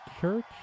church